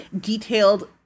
detailed